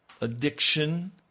addiction